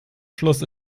schluss